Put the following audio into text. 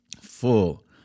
full